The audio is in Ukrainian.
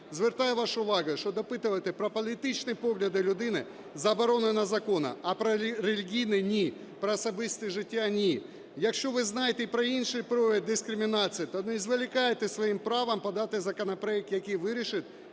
Звертаю вашу увагу, що допитувати про політичні погляди людини заборонено законом, а про релігійні – ні, про особисте життя – ні. Якщо ви знаєте і про інші прояви дискримінації, то не зволікайте своїм правом подати законопроект, який вирішить